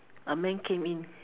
a man came in